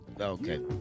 Okay